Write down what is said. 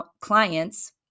clients